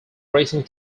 racing